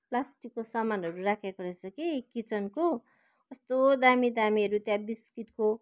प्लास्टिकको सामानहरू राखेको रहेछ कि किचनको कस्तो दामी दामीहरू त्यहाँ बिस्कुटको